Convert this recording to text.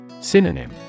Synonym